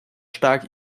stark